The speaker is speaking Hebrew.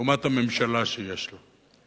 לעומת הממשלה שיש לה.